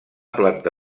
planta